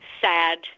sad